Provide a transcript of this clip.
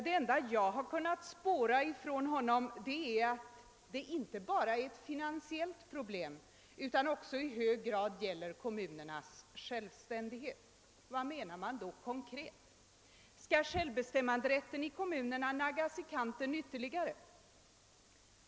Det enda uttalande av honom som jag har kunnat spåra är att det inte bara är ett finansiellt problem utan också i hög grad gäller kommunernas självständighet. Vad menar man då konkret? Skall självbestämmanderätten i kommunerna ytterligare naggas i kanten?